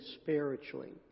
spiritually